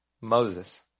Moses